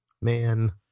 Man